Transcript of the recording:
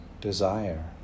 desire